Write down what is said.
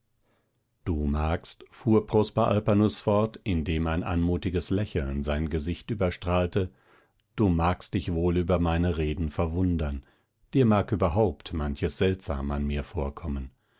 du magst fuhr prosper alpanus fort indem ein anmutiges lächeln sein gesicht überstrahlte du magst dich wohl über meine reden verwundern dir mag überhaupt manches seltsam an mir vorkommen